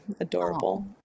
adorable